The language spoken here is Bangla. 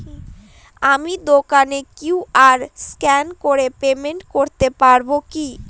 আমি দোকানে কিউ.আর স্ক্যান করে পেমেন্ট করতে পারবো কি?